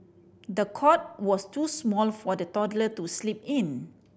the cot was too small for the toddler to sleep in